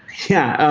yeah,